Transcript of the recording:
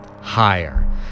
higher